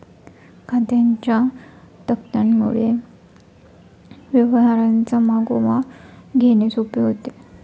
खात्यांच्या तक्त्यांमुळे व्यवहारांचा मागोवा घेणे सोपे होते